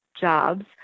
jobs